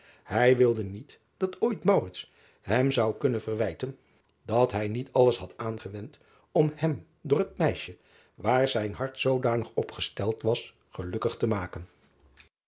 ij wilde niet dat ooit driaan oosjes zn et leven van aurits ijnslager hem zou kunnen verwijten dat hij niet alles had aangewend om hem door het meisje waar zijn hart zoodanig op gesteld was gelukkig te maken